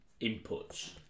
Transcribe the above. inputs